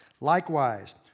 Likewise